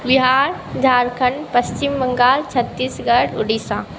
Bihar Jharkhand Pashchim Bangal Chhattisgarh Orissa